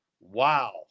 wow